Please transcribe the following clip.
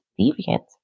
deviant